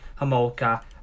Hamolka